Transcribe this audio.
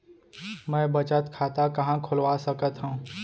मै बचत खाता कहाँ खोलवा सकत हव?